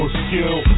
skill